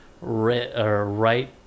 right